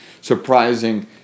surprising